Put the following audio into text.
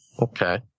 Okay